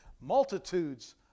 multitudes